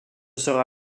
sera